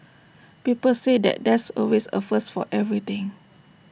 people say that there's always A first for everything